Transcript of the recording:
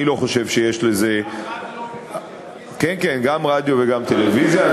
אני לא חושב שיש לזה, זה גם רדיו וגם טלוויזיה.